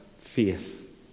faith